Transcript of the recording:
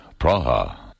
Praha